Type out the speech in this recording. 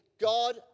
God